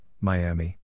Miami